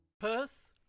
Perth